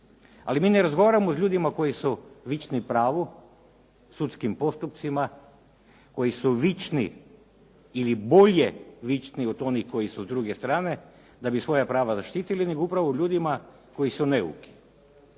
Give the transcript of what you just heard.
Ali mi ne razgovaramo sa ljudima koji su vični pravu, sudskim postupcima, koji su vični ili bolje vični od onih koji su sa druge strane da bi svoja prava zaštitili nego upravo o ljudima koji su neuki,